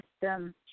system